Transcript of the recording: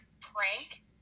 prank